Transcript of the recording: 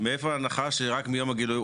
מאיפה ההנחה שרק מיום הגילוי,